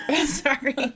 Sorry